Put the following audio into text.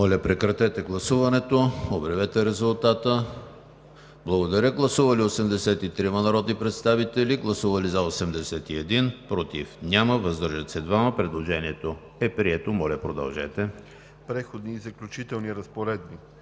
„Преходни и заключителни разпоредби“.